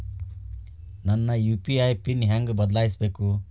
ನನ್ನ UPI PIN ಹೆಂಗ್ ಬದ್ಲಾಯಿಸ್ಬೇಕು?